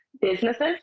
businesses